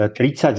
30